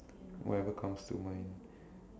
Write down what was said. whatever comes to mind